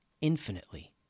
infinitely